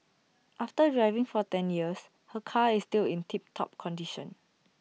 after driving for ten years her car is still in tip top condition